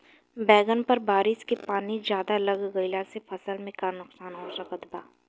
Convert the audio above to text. बैंगन पर बारिश के पानी ज्यादा लग गईला से फसल में का नुकसान हो सकत बा?